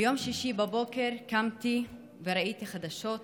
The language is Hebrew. ביום שישי בבוקר קמתי וראיתי חדשות,